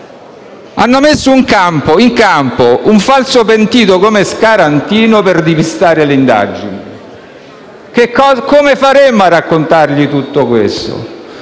ha messo in campo un falso pentito come Scarantino per depistare le indagini? Come faremmo a raccontargli tutto questo?